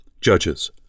Judges